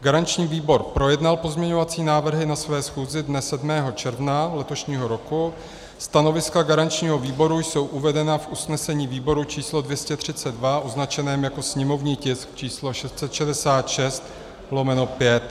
Garanční výbor projednal pozměňovací návrhy na své schůzi dne 7. června letošního roku, stanoviska garančního výboru jsou uvedena v usnesení výboru číslo 232 označeném jako sněmovní tisk číslo 666/5.